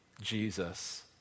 Jesus